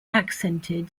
accented